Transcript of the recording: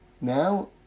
Now